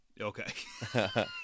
Okay